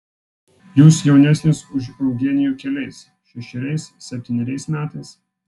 jūs jaunesnis už eugenijų keliais šešeriais septyneriais metais